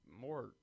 more –